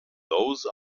those